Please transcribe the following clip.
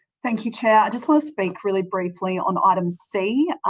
thank you, chair. i just want to speak really briefly on item c,